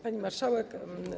Pani Marszałek!